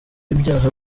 ibyaha